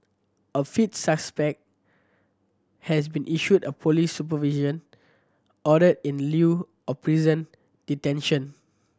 a fifth suspect has been issued a police supervision order in lieu of prison detention